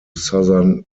southern